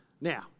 Now